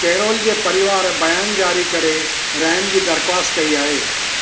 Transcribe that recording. carol जे परिवार बयानु जारी करे रहिमु जी दरिख़्वासत कई आहे